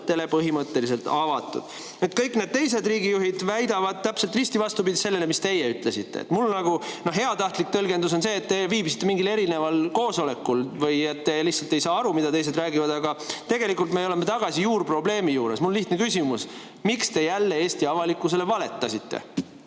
suhtes põhimõtteliselt avatud. Kõik need teised riigijuhid väidavad täpselt risti vastupidist sellele, mida teie ütlesite. Heatahtlik tõlgendus on see, et te viibisite teisel koosolekul või et te lihtsalt ei saa aru, mida teised räägivad. Aga tegelikult me oleme tagasi juurprobleemi juures. Mul on lihtne küsimus: miks te jälle Eesti avalikkusele valetasite?